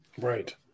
right